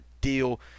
deal